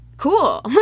cool